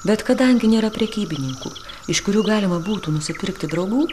bet kadangi nėra prekybininkų iš kurių galima būtų nusipirkti draugų